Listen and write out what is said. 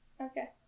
Okay